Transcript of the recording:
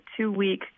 two-week